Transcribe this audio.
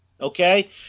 Okay